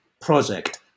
project